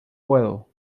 puedo